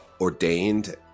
ordained